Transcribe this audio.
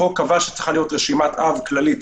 החוק קבע שצריכה להיות רשימת אב כללית,